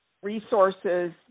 resources